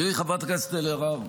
תראי, חברת הכנסת אלהרר.